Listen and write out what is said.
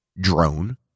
drone